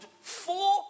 four